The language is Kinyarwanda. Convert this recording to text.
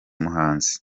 muhanzi